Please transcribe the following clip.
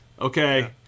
okay